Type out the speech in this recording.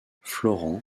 florent